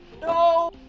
No